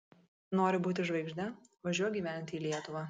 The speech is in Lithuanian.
nori būti žvaigžde važiuok gyventi į lietuvą